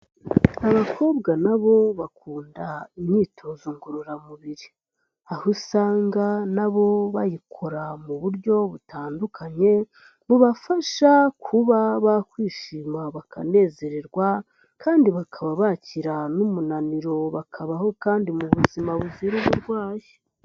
Abakobwa na bo bakunda imyitozo ngororamubiri, aho usanga na bo bayikora mu buryo butandukanye bubafasha kuba bakwishima, bakanezererwa kandi bakaba bakira n'umunaniro, bakabaho kandi mu buzima buzira uburwayi.